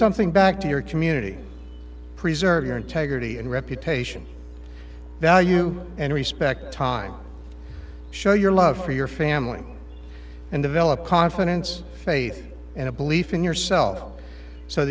something back to your community preserve your integrity and reputation value and respect time show your love for your family and develop confidence faith and a belief in yourself so